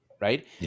Right